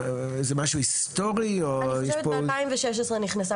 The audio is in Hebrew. זה משהו היסטורי או יש פה --- אני חושבת ב-2016 נכנסה